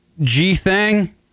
G-thing